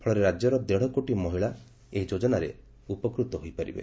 ଫଳରେ ରାଜ୍ୟର ଦେଢକୋଟି ମହିଳା ଏହି ଯୋଜନାରେ ଉପକୃତ ହୋଇପାରିବେ